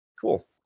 Cool